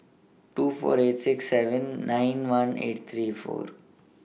two four eight six seven nine one eight three four